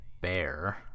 bear